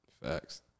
Facts